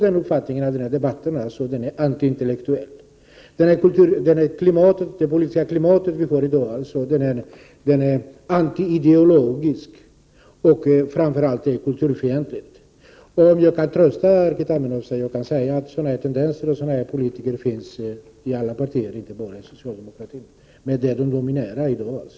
Min uppfattning är att denna debatt är antiintellektuell. Dagens politiska klimat är antiideologiskt och framför allt kulturfientligt. För att trösta Erkki Tammenoksa kan jag säga att sådana tendenser och sådana politiker finns inom alla partier, inte bara inom det socialdemokratiska, men det är där som de dominerar i dag.